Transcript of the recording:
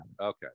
Okay